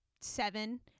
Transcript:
seven